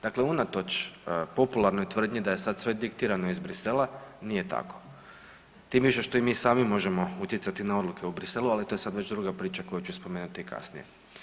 Dakle, unatoč popularnoj tvrdnji da je sad sve diktirano iz Bruxellesa nije tako tim više što i mi sami možemo utjecati na odluke u Bruxellesu, ali to je sad već druga priča koju ću spomenuti kasnije.